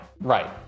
right